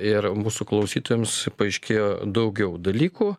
ir mūsų klausytojams paaiškėjo daugiau dalykų